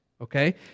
Okay